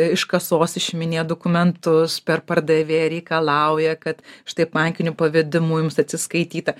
iš kasos išiminėja dokumentus per pardavėją reikalauja kad štai bankiniu pavedimu jums atsiskaityta